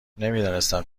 نمیدانستم